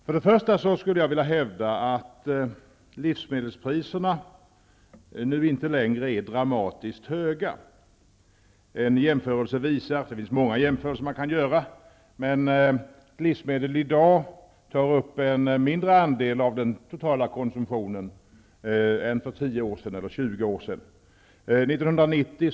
För det första skulle jag vilja hävda att livsmedelspriserna inte längre är dramatiskt höga. En jämförelse visar, och det finns många jämförelser man kan göra, att livsmedel i dag tar upp en mindre andel av den totala konsumtionen än för tio eller tjugo år sedan.